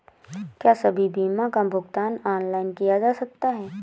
क्या सभी बीमा का भुगतान ऑनलाइन किया जा सकता है?